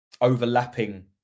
overlapping